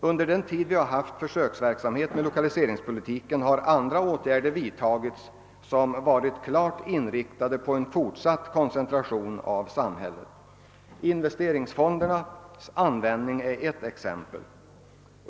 Under den tid vi haft 1lokaliseringspolitisk = försöksverksamhet har andra åtgärder vidtagits, som varit klart inriktade på en fortsatt samhällskoncentration. Investeringsfondernas användning är ett exempel.